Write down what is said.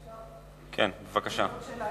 עוד שאלה